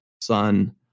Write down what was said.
son